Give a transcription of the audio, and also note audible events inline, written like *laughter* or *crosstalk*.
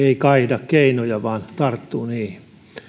*unintelligible* ei kaihda keinoja vaan tarttuu niihin